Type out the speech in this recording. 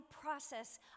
process